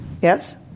Yes